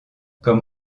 comme